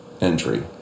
entry